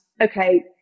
okay